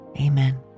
Amen